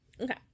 Okay